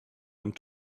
and